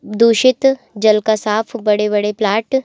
दूषित जल का साफ बड़े बड़े प्लाट